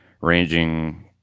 ranging